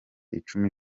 icumi